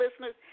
listeners